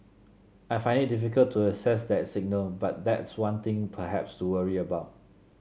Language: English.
I find it difficult to assess that signal but that's one thing perhaps to worry about